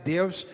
Deus